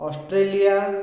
Australia